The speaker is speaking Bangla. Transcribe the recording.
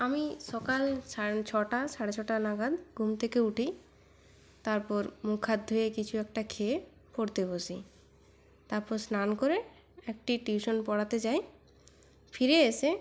আমি সকাল সার ছটা সাড়ে ছটা নাগাদ ঘুম থেকে উঠি তারপর মুখ হাত ধুয়ে কিছু একটা খেয়ে পড়তে বসি তারপর স্নান করে একটি টিউশন পড়াতে যাই ফিরে এসে